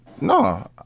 No